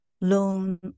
loan